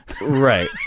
Right